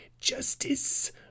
Justice